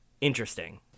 Interesting